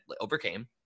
overcame